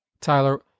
Tyler